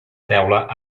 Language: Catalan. teula